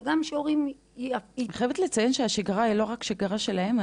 וגם כדי שההורים --- אני חייבת לציין שהשגרה היא לא רק השגרה שלהם,